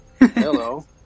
Hello